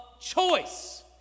choice